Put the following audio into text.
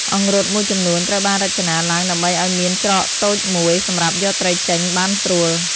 អង្រុត មួយចំនួនត្រូវបានរចនាឡើងដើម្បីឲ្យមានច្រកតូចមួយ សម្រាប់យកត្រីចេញបានស្រួល។